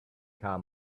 car